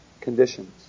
conditions